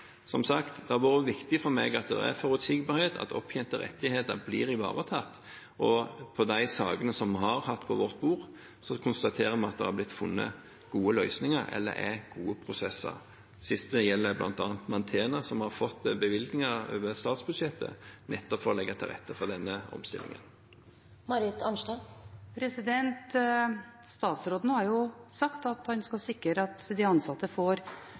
Som sagt, det har vært viktig for meg at det er forutsigbarhet, og at opptjente rettigheter blir ivaretatt. På de sakene vi har hatt på vårt bord, konstaterer vi at det er funnet gode løsninger, eller er gode prosesser. Det siste gjelder bl.a. Mantena, som har fått bevilgninger over statsbudsjettet nettopp for å legge til rette for denne omstillingen. Statsråden har sagt at han skal sikre at de ansatte får